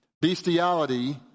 bestiality